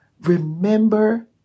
Remember